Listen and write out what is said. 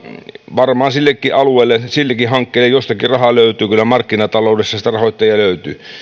varmaan sillekin alueelle sillekin hankkeelle jostakin raha löytyy kyllä markkinataloudessa sitten rahoittajia löytyy